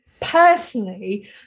personally